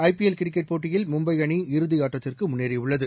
IPL cricket போட்டியில் மும்பைஅணி இறுதியாட்டத்திற்குமுன்னேறியுள்ளது